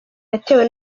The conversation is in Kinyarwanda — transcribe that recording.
yatewe